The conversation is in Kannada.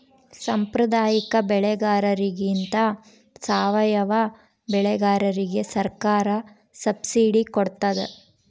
ಸಾಂಪ್ರದಾಯಿಕ ಬೆಳೆಗಾರರಿಗಿಂತ ಸಾವಯವ ಬೆಳೆಗಾರರಿಗೆ ಸರ್ಕಾರ ಸಬ್ಸಿಡಿ ಕೊಡ್ತಡ